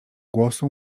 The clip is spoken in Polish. głosu